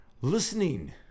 listening